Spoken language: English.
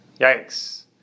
Yikes